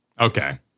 Okay